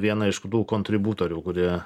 viena iš tų kontributorių kurie